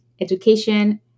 education